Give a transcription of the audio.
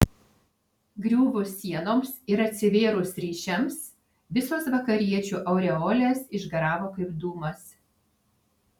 griuvus sienoms ir atsivėrus ryšiams visos vakariečių aureolės išgaravo kaip dūmas